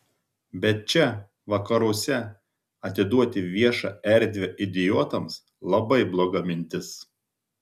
bet čia vakaruose atiduoti viešą erdvę idiotams labai bloga mintis